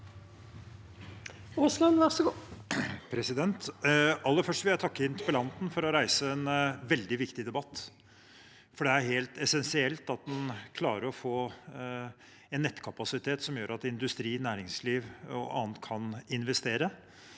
Aasland Aller først vil jeg takke interpellanten for å reise en veldig viktig debatt. Det er helt essensielt at en klarer å få en nettkapasitet som gjør at industri, næringsliv og annet kan investere.